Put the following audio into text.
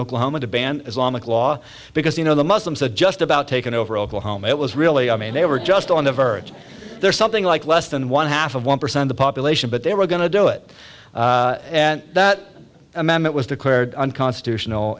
oklahoma to ban islamic law because you know the muslims that just about taken over oklahoma it was really i mean they were just on the verge there something like less than one half of one percent the population but they were going to do it and that amendment was declared unconstitutional